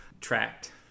tracked